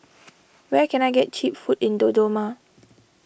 where can I get Cheap Food in Dodoma